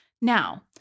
Now